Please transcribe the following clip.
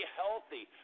healthy